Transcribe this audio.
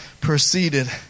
Proceeded